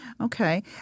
Okay